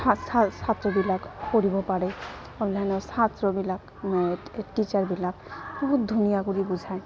ছাত্ৰবিলাক কৰিব পাৰে অন্যান্য ছাত্ৰবিলাক এই টিচাৰবিলাক বহুত ধুনীয়া কৰি বুজায়